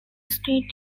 street